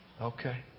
Okay